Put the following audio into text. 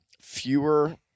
fewer